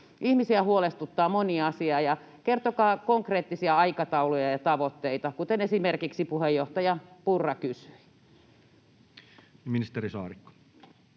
Ihmisiä huolestuttaa moni asia. Kertokaa konkreettisia aikatauluja ja tavoitteita, joista esimerkiksi puheenjohtaja Purra kysyi. [Speech 27]